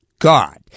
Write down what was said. God